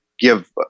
give